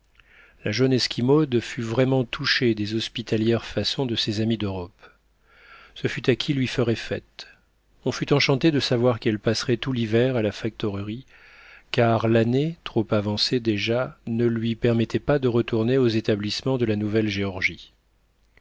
la jeune esquimaude fut vraiment touchée des hospitalières façons de ses amis d'europe ce fut à qui lui ferait fête on fut enchanté de savoir qu'elle passerait tout l'hiver à la factorerie car l'année trop avancée déjà ne lui permettait pas de retourner aux établissements de la